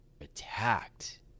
attacked